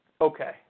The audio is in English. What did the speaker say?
Okay